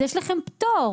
אז יש לכם פטור.